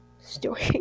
story